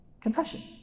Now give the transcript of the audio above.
Confession